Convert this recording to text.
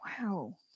wow